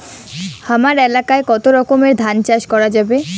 হামার এলাকায় কতো রকমের ধান চাষ করা যাবে?